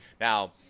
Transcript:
Now